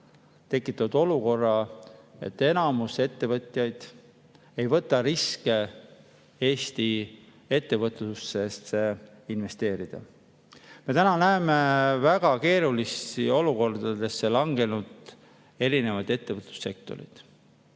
tekitavad olukorra, et enamik ettevõtjaid ei võta riske Eesti ettevõtlusesse investeerida. Me näeme väga keerulistesse olukordadesse langenud erinevaid ettevõtlussektoreid.